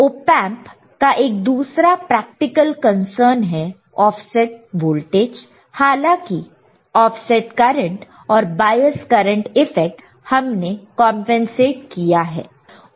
op amp का एक दूसरा प्रैक्टिकल कंसर्न है ऑफसेट वोल्टेज हालांकि ऑफसेट करंट और बायस करंट इफेक्ट हमने कंपनसेट किया है